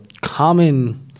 common –